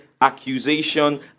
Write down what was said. accusation